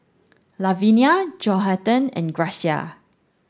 Lavinia Johathan and Gracia